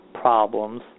problems